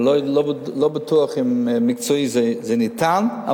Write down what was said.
אבל לא בטוח אם זה ניתן מבחינה מקצועית.